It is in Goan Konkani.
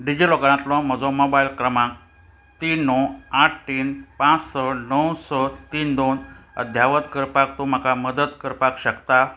डिजिलॉकरांतलो म्हजो मोबायल क्रमांक तीन णव आठ तीन पांच स णव स तीन दोन अध्यावत करपाक तूं म्हाका मदत करपाक शकता